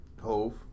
Hove